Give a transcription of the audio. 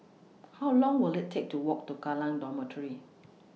How Long Will IT Take to Walk to Kallang Dormitory